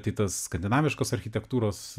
tai tas skandinaviškos architektūros